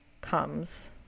comes